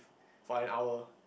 for an hour